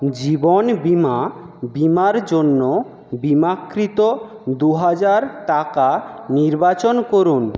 জীবন বিমা বিমার জন্য বিমাকৃত দু হাজার টাকা নির্বাচন করুন